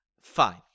Fine